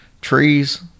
trees